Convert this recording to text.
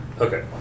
Okay